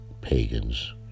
pagans